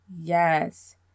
Yes